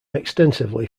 extensively